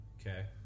Okay